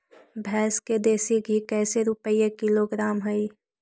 भैंस के देसी घी कैसे रूपये किलोग्राम हई?